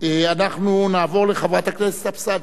אנחנו נעבור לחברת הכנסת אבסדזה.